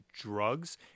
drugs